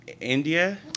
India